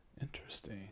Interesting